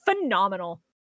Phenomenal